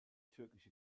türkische